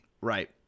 right